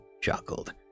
chuckled